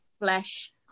flesh